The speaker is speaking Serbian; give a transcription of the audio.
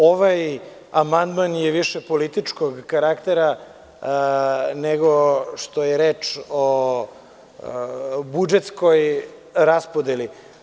Ovaj amandman je više političkog karaktera nego što je reč o budžetskoj raspodeli.